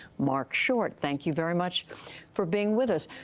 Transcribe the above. marc short. thank you very much for being with us.